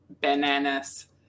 bananas